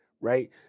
right